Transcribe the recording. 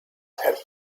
had